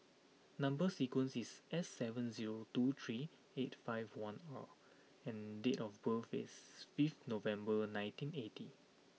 number sequence is S seven zero two three eight five one R and date of birth is fifth November nineteen eighty